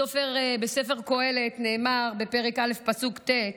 בספר קהלת בפרק א', פסוק ט',